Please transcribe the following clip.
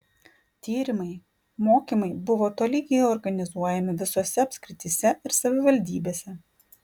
tyrimai mokymai buvo tolygiai organizuojami visose apskrityse ir savivaldybėse